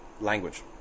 language